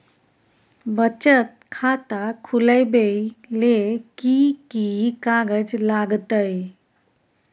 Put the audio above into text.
बचत खाता खुलैबै ले कि की कागज लागतै?